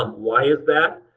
why is that?